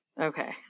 Okay